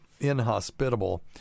inhospitable